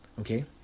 okay